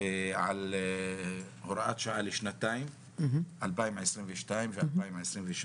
וגם על הוראת שעה לשנתיים 2022 ו-2023